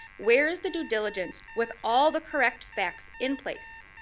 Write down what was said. where is the due diligence with all the correct facts in place?